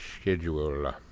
schedule